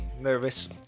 Nervous